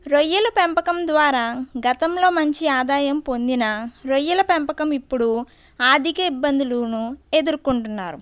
రొయ్యలు పెంపకం ద్వారా గతంలో మంచి ఆదాయం పొందిన రొయ్యల పెంపకం ఇప్పుడు ఆర్ధిక ఇబ్బందులును ఎదుర్కొంటున్నారు